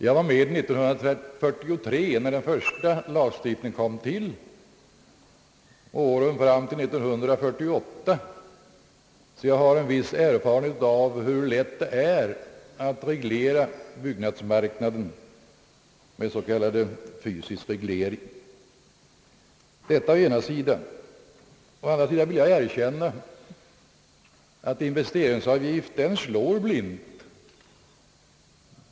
Jag var med år 1943, när den första lagstiftningen kom till, och åren fram till år 1948, så jag har en viss erfarenhet av hur lätt det är att reglera byggnadsmarknaden med s.k. fysisk reglering. Jag vill dock erkänna att investeringsavgiften slår blint.